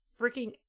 freaking